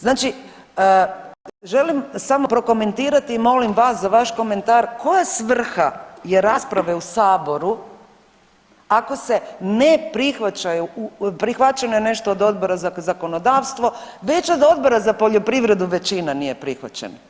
Znači, želim samo prokomentirati i molim vas za vaš komentar, koja svrha je rasprave u saboru ako se ne prihvaćaju, prihvaćeno je nešto od Odbora za zakonodavstvo, već od Odbor za poljoprivredu većina nije prihvaćena?